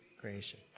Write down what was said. creation